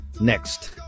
Next